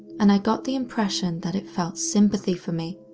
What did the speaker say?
and i got the impression that it felt sympathy for me.